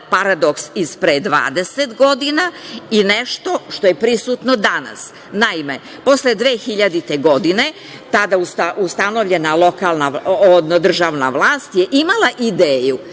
paradoks od pre 20 godina i nešto što je prisutno danas. Naime, posle 2000. godine tada ustanovljena državna vlast je imala ideju